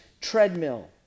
treadmill